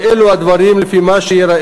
היטיב לבטא